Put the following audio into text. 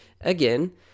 again